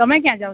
તમે ક્યાં જાઓ છો